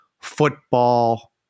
football